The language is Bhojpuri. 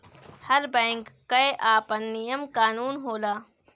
हर बैंक कअ आपन नियम कानून होला